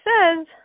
says